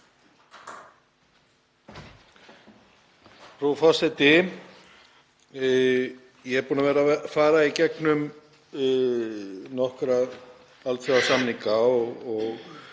Frú forseti. Ég er búinn að vera að fara í gegnum nokkra alþjóðasamninga og